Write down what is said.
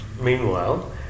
Meanwhile